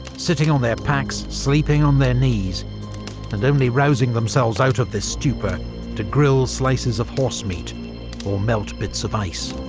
sitting on their packs, sleeping on their knees and only rousing themselves out of this stupor to grill slices of horsemeat or melt bits of ice'.